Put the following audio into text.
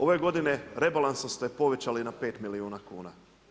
Ove godine rebalansom ste povećali na 5 milijuna kuna.